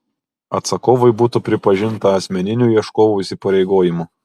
atsakovui būtų pripažinta asmeniniu ieškovo įsipareigojimu